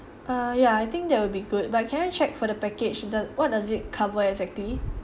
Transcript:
ah ya I think that will be good but can I check for the package the what does it cover exactly